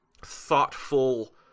thoughtful